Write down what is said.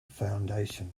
foundation